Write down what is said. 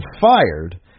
fired